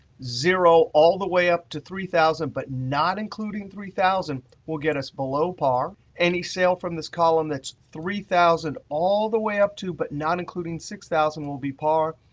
zero all the way up to three thousand, but not including three thousand, will get us below par. any sale from this column that's three thousand all the way up to but not including six thousand will be par.